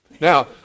Now